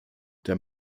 der